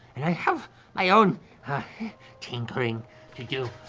i have my own tinkering to do,